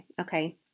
okay